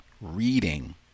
Reading